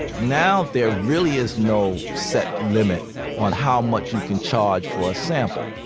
now, there really is no set limit on how much you can charge for a sample.